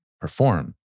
perform